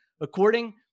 according